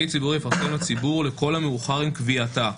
ציבורי יפרסם לציבור לכל המאוחר עם קביעתה.